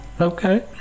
Okay